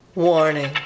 warning